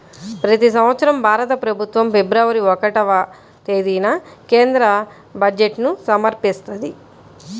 ప్రతి సంవత్సరం భారత ప్రభుత్వం ఫిబ్రవరి ఒకటవ తేదీన కేంద్ర బడ్జెట్ను సమర్పిస్తది